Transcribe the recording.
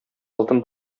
алтын